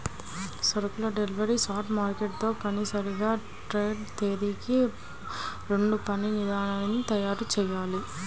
సరుకుల delivery spot market తో తప్పనిసరిగా ట్రేడ్ తేదీకి రెండుపనిదినాల తర్వాతచెయ్యాలి